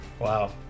Wow